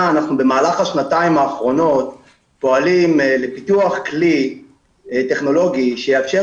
במהלך השנתיים האחרונות אנחנו פועלים לפיתוח כלי טכנולוגי שיאפשר